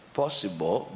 possible